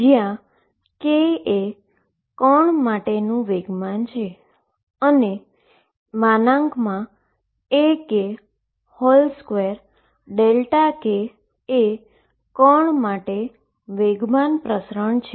જ્યા k એ particle માટેનુ મોમેન્ટમ છે અને Ak2Δk એ પાર્ટીકલ માટે મોમેન્ટમ પ્રસરણ છે